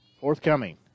forthcoming